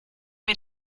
mir